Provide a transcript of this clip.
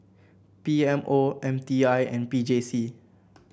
P M O M T I and P J C